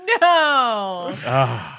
No